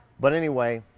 but anyway,